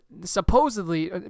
supposedly